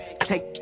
take